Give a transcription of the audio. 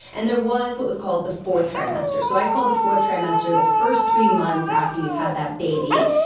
and there was what was called the fourth trimester. so i call the fourth trimester the first three months after you've had that baby.